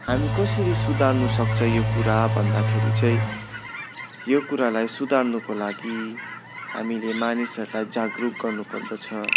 हामी कसरी सुधार्नु सक्छ यो कुरा भन्दाखेरि चाहिँ यो कुरालाई सुधार्नुको लागि हामीले मानिसहरूलाई जागरुक गर्नु पर्दछ